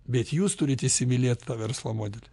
bet jūs turit įsimylėt verslo modelį